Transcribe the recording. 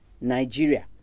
Nigeria